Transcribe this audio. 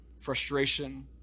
frustration